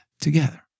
together